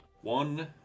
one